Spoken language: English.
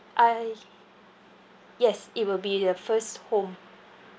uh yes it will be the first home